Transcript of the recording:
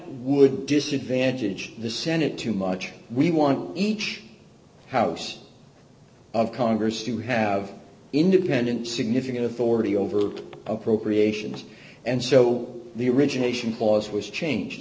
would disadvantage the senate too much we want each house of congress to have independent significant authority over appropriations and so the origination clause was change